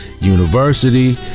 University